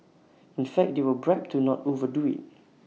in fact they were bribed to not overdo IT